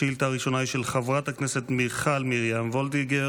השאילתה הראשונה היא של חברת הכנסת מיכל מרים וולדיגר,